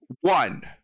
one